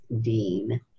dean